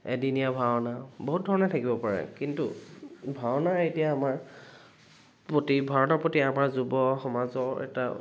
এদিনীয়া ভাওনা বহুত ধৰণৰ থাকিব পাৰে কিন্তু ভাওনাৰ এতিয়া আমাৰ প্ৰতি ভাওনাৰ প্ৰতি আমাৰ যুৱ সমাজৰ এটা